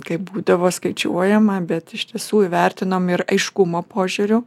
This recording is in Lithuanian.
kai būdavo skaičiuojama bet iš tiesų įvertinom ir aiškumo požiūriu